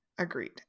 Agreed